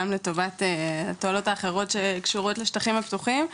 גם לטובת התועלות האחרות שקשורות לשטחים הפתוחים,